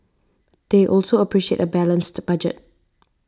they also appreciate a balanced budget